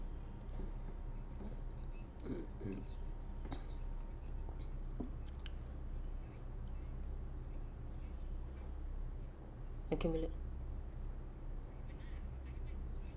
accumulate